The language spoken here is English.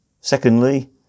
secondly